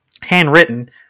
handwritten